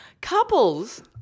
couples